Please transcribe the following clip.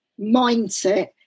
mindset